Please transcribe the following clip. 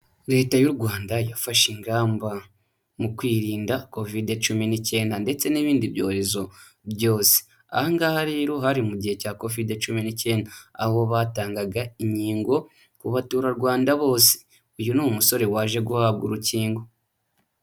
Leta y'u Rwanda yafashe ingamba mu kwirinda covid cumi n'icyenda ndetse n'ibindi byorezo byose. Aha ngaha rero hari mu gihe cya covid cumi n'icyenda, aho batangaga inkingo ku baturarwanda bose. Uyu ni umusore waje guhabwa urukingo.